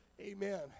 Amen